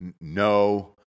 No